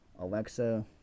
Alexa